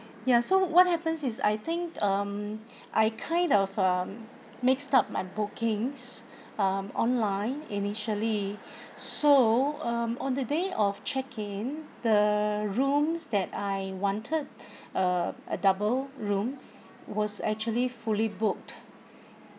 ya so what happens is I think um I kind of um mixed up my bookings um online initially so um on the day of check in the rooms that I wanted a a double room was actually fully booked